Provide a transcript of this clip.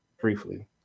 briefly